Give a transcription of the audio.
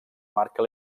marca